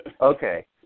Okay